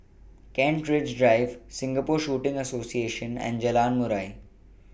Kent Ridge Drive Singapore Shooting Association and Jalan Murai